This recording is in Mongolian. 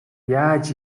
яаж